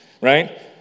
right